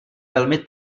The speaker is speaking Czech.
velmi